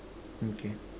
okay